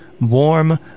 warm